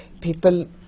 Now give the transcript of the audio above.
people